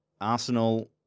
Arsenal